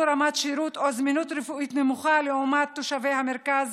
רמת שירות או זמינות רפואית נמוכה לעומת תושבי המרכז